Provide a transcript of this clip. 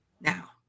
Now